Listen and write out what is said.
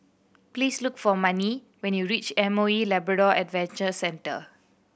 please look for Manie when you reach M O E Labrador Adventure Centre